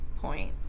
point